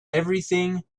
everything